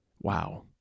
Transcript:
Wow